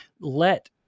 let